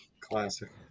Classic